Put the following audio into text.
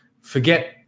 forget